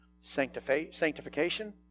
Sanctification